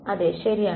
അതെ ശരിയാണ്